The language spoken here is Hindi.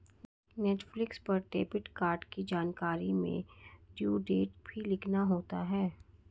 नेटफलिक्स पर डेबिट कार्ड की जानकारी में ड्यू डेट भी लिखना होता है